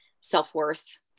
self-worth